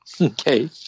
Okay